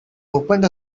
opened